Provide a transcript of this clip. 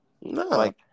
No